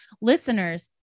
listeners